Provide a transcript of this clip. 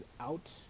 out